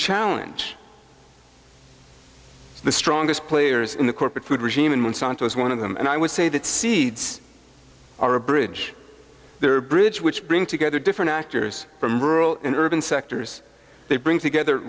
challenge the strongest players in the corporate food regime and monsanto is one of them and i would say that seeds are a bridge they're a bridge which bring together different actors from rural and urban sectors they bring together